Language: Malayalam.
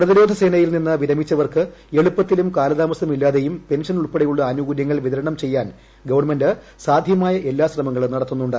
പ്രതിരോധ സേനയിൽ നിന്ന് വിരമിച്ചവർക്ക് എളുപ്പത്തിലും കാലതാമസമില്ലാതെയും പെൻഷൻ ഉൾപ്പെടെയുള്ള ആനുകൂല്യങ്ങൾ വിതരണം ചെയ്യാൻ ഗവൺമെന്റ് സാധ്യമായ എല്ലാ ശ്രമങ്ങളും നടത്തുന്നുണ്ട്